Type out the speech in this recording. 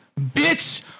bitch